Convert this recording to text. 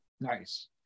Nice